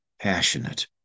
passionate